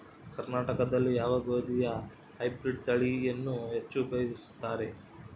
ಕರ್ನಾಟಕದಲ್ಲಿ ಯಾವ ಗೋಧಿಯ ಹೈಬ್ರಿಡ್ ತಳಿಯನ್ನು ಹೆಚ್ಚು ಉಪಯೋಗಿಸುತ್ತಾರೆ?